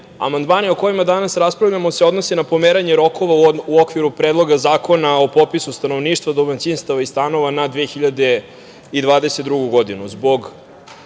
amandmani o kojima danas raspravljamo se odnose na pomeranje rokova u okviru Predloga zakona o popisu stanovništva, domaćinstava i stanova na 2022. godinu. Zbog